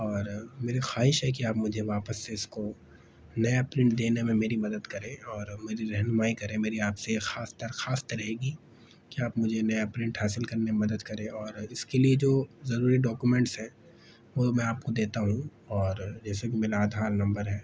اور میری خواہش ہے کہ آپ مجھے واپس سے اس کو نیا پرنٹ دینے میں میری مدد کریں اور میری رہنمائی کریں میری آپ سے یہ خاص درخواست رہے گی کہ آپ مجھے نیا پرنٹ حاصل کرنے میں مدد کریں اور اس کے لیے جو ضروری ڈاکیومنٹس ہیں وہ میں آپ کو دیتا ہوں اور جیسے کہ میرا آدھار نمبر ہے